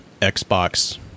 Xbox